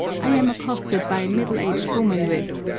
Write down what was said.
i am accosted by a middle-aged woman with,